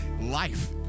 life